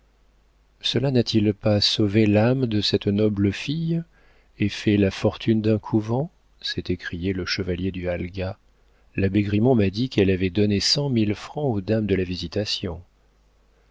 cela n'a-t-il pas sauvé l'âme de cette noble fille et fait la fortune d'un couvent s'est écrié le chevalier du halga l'abbé grimont m'a dit qu'elle avait donné cent mille francs aux dames de la visitation